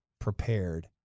prepared